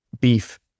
beef